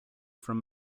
from